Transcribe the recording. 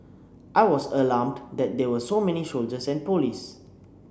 I was alarmed that there were so many soldiers and police